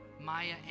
Maya